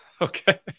Okay